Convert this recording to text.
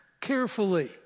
carefully